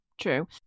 true